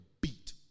beat